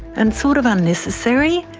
and sort of unnecessary.